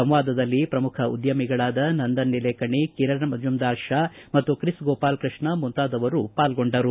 ಸಂವಾದದಲ್ಲಿ ಪ್ರಮುಖ ಉದ್ಯಮಿಗಳಾದ ನಂದನ್ ನೀಲೇಕಣಿ ಕಿರಣ್ ಮಜುಂದಾರ್ ಶಾ ಮತ್ತು ಕ್ರಿಸ್ ಗೋಪಾಲಕೃಷ್ಣ ಮುಂತಾದವರು ಪಾಲ್ಗೊಂಡರು